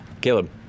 Caleb